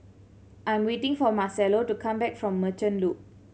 I'm waiting for Marcello to come back from Merchant Loop